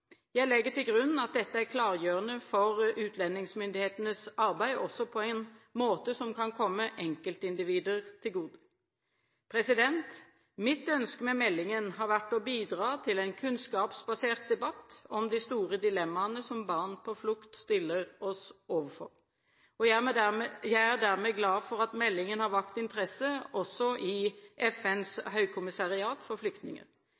Jeg legger til grunn at dette er klargjørende for utlendingsmyndighetenes arbeid, også på en måte som kan komme enkeltindivider til gode. Mitt ønske med meldingen har vært å bidra til en kunnskapsbasert debatt om de store dilemmaene som barn på flukt stiller oss overfor. Jeg er dermed glad for at meldingen har vakt interesse også i FNs høykommissariat for flyktninger.